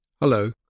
Hello